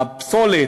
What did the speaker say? שהפסולת,